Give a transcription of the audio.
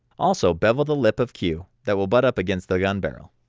also bevel the lip of q that will but up against the gun barrel.